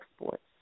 exports